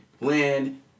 land